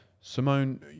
simone